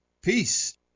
Peace